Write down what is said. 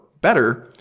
better